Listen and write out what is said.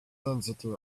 density